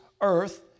earth